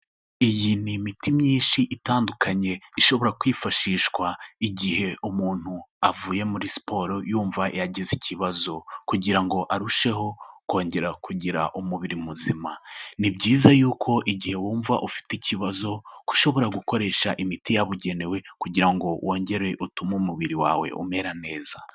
Iyi ni imiti myinshi itandukanye, ishobora kwifashishwa igihe umuntu avuye muri siporo yumva yagize ikibazo, kugira ngo arusheho kongera kugira umubiri muzima. Ni byiza y'uko igihe wumva ufite ikibazo ko ushobora gukoresha imiti yabugenewe, kugira ngo wongere utume umubiri wawe umera neza.